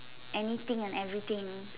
anything and everything